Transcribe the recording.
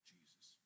Jesus